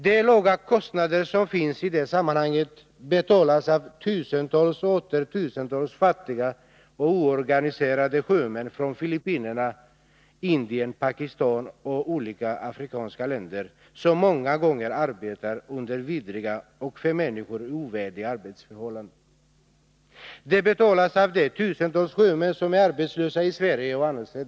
De låga kostnader som finns i det sammanhanget betalas av tusentals och åter tusentals fattiga och oorganiserade sjömän från Filippinerna, Indien, Pakistan och olika afrikanska länder. Många gånger arbetar de under vidriga och för människor ovärdiga arbetsförhållanden. Dessa kostnader betalas av de tusentals sjömän som är arbetslösa i Sverige och annorstädes.